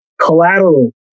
collateral